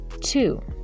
Two